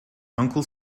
uncle